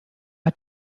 hat